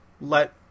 let